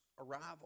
arrival